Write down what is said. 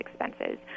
expenses